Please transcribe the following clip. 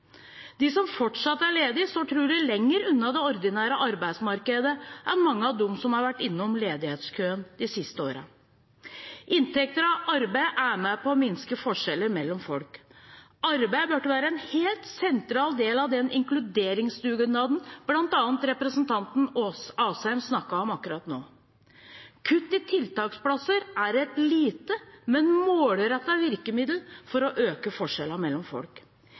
De som fortsatt er ledige, står trolig lenger unna det ordinære arbeidsmarkedet enn mange av dem som har vært innom ledighetskøen de siste årene. lnntekt av arbeid er med på å minske forskjeller mellom folk. Arbeid burde være en helt sentral del av den inkluderingsdugnaden bl.a. representanten Asheim snakket om akkurat nå. Kutt i tiltaksplasser er et lite, men målrettet virkemiddel for å øke forskjellene mellom folk.